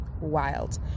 Wild